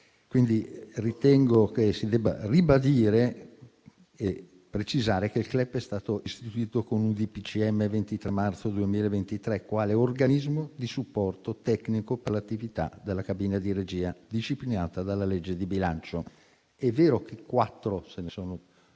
quindi che si debba ribadire e precisare che il CLEP è stato istituito con un DPCM del 23 marzo 2023, quale organismo di supporto tecnico per l'attività della cabina di regia, disciplinata dalla legge di bilancio. È vero che in quattro hanno